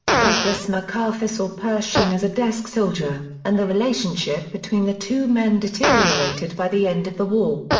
douglas macarthur saw pershing as a desk soldier, and the relationship between the two men deteriorated by the end of the war.